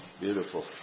beautiful